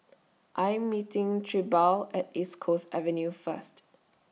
I Am meeting Trilby At East Coast Avenue First